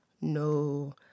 No